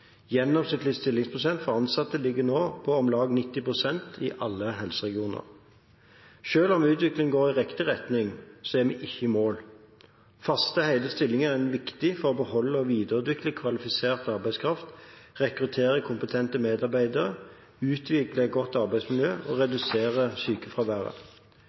stillingsprosent for ansatte ligger nå på om lag 90 pst. i alle helseregioner. Selv om utviklingen går i riktig retning, er vi ikke i mål. Faste hele stillinger er viktig for å beholde og videreutvikle kvalifisert arbeidskraft, rekruttere kompetente medarbeidere, utvikle et godt arbeidsmiljø og redusere sykefraværet.